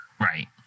Right